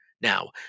Now